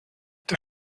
der